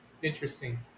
interesting